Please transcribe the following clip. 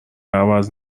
عوض